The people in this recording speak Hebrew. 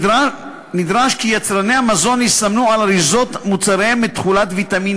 נדרש כי יצרני המזון יסמנו על אריזות מוצריהם את תכולת ויטמין